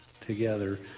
together